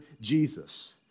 Jesus